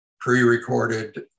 pre-recorded